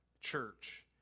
church